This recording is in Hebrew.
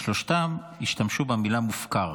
בשלושתם, השתמשו במילה מופקר,